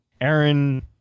Aaron